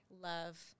love